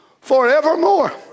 forevermore